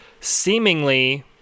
Seemingly